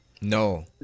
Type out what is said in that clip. No